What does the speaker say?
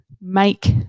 Make